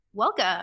Welcome